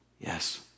Yes